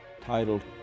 titled